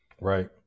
Right